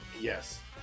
Yes